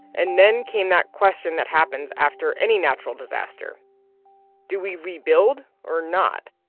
and then came that question that happens after any natural disaster do we rebuild or not?